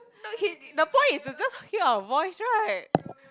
no he the point is to just hear our voice right